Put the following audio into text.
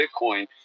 Bitcoin